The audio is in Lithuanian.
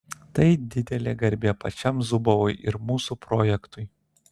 tai didelė garbė pačiam zubovui ir mūsų projektui